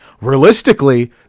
Realistically